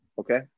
Okay